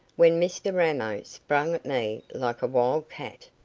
when mr ramo sprang at me like a wild cat.